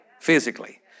Physically